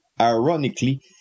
ironically